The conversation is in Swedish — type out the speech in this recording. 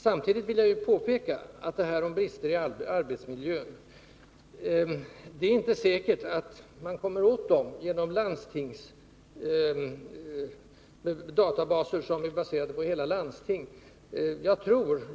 Samtidigt vill jag påpeka att det inte är säkert att man kommer åt brister i arbetsmiljön genom databaser som gäller hela landstingsområden.